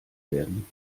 werden